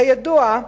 כידוע,